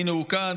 והינה הוא כאן.